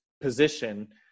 position